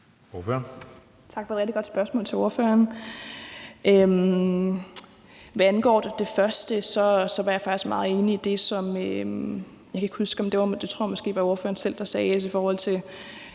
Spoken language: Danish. for et rigtig godt spørgsmål. Hvad angår det første, var jeg faktisk meget enig i det, som jeg tror det var ordføreren selv der sagde i forhold til